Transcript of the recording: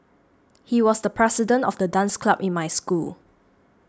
he was the president of the dance club in my school